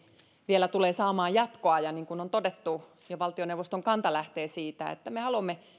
vielä tulee saamaan jatkoa ja niin kuin on todettu jo valtioneuvoston kanta lähtee siitä että me haluamme